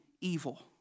evil